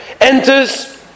enters